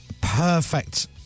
perfect